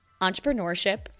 entrepreneurship